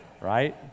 Right